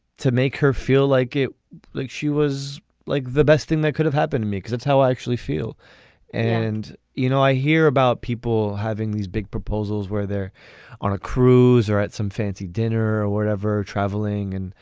to make her feel like it like she was like the best thing that could have happened to me because that's how i actually feel and you know i hear about people having these big proposals where they're on a cruise or at some fancy dinner or wherever travelling and